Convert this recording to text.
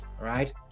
right